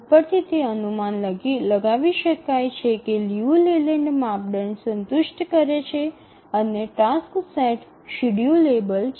ઉપરથી તે અનુમાન લગાવી શકાય છે કે લિયુ લેલેન્ડ માપદંડ સંતુષ્ટ કરે છે અને ટાસક્સ સેટ શેડ્યૂલેબલ છે